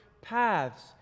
paths